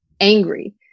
angry